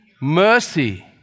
mercy